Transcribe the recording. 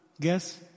guess